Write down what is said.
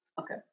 okay